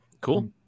Cool